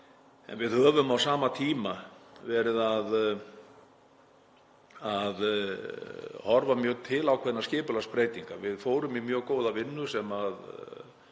Við höfum á sama tíma verið að horfa mjög til ákveðinnar skipulagsbreytingar. Við fórum í mjög góða vinnu, sem